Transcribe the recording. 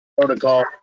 protocol